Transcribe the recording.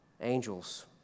angels